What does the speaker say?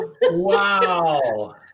Wow